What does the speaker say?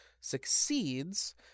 succeeds